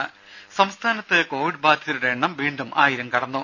ദേശ സംസ്ഥാനത്ത് കോവിഡ് ബാധിതരുടെ എണ്ണം വീണ്ടും ആയിരം കടന്നു